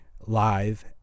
Live